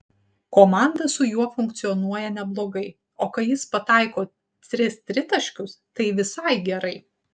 komanda su juo funkcionuoja neblogai o kai jis pataiko tris tritaškius tai visai gerai